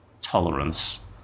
tolerance